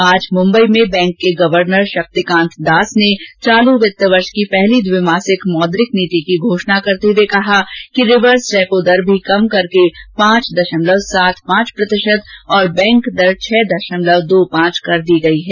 आज मुम्बई में बैंक के गवर्नर शक्ति कांत दास ने चालू वित्तवर्ष की पहली द्विमासिक मौद्रिक नीति की घोषणा करते हुए कहा कि रिवर्स रेपो दर भी कम करके पांच दशमलव सात पांच प्रतिशत और बैंक दर छह दशमलव दो पांच कर दी गई है